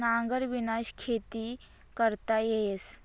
नांगरबिना खेती करता येस